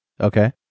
Okay